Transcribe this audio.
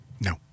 No